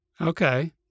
Okay